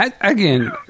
again